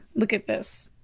look at this.